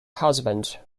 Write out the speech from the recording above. husband